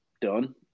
done